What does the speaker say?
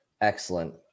Excellent